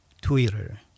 Twitter